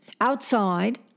outside